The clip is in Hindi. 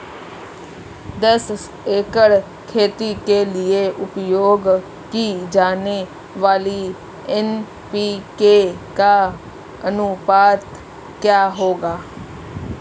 दस एकड़ खेती के लिए उपयोग की जाने वाली एन.पी.के का अनुपात क्या होगा?